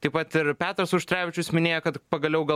taip pat ir petras auštrevičius minėjo kad pagaliau gal